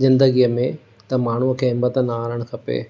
ज़िंदगीअ में त माण्हूअ खे हिमथ न हारणु खपे